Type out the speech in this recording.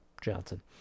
Johnson